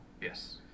Yes